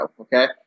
okay